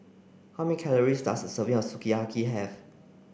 how many calories does a serving of Sukiyaki have